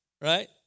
right